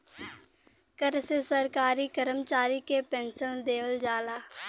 कर से सरकारी करमचारी के पेन्सन देवल जाला